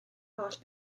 holl